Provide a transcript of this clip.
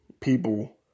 people